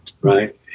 right